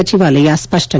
ಸಚಿವಾಲಯ ಸ್ಪಷ್ಟನೆ